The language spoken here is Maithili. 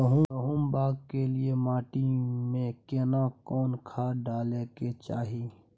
गहुम बाग के लिये माटी मे केना कोन खाद डालै के चाही?